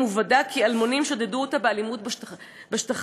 ובדה כי אלמונים שדדו אותה באלימות בשטחים.